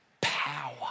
power